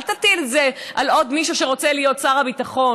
אל תטיל את זה על עוד מישהו שרוצה להיות שר הביטחון.